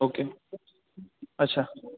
okay अच्छा